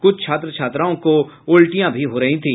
कुछ छात्र छात्राओं को उलटियां भी हो रही थी